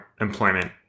employment